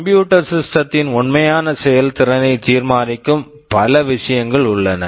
computer computer system system த்தின் உண்மையான செயல்திறனைத் தீர்மானிக்கும் பல விஷயங்கள் உள்ளன